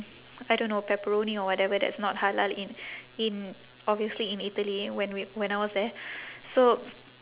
I don't know pepperoni or whatever that's not halal in in obviously in italy when we when I was there so